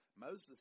Moses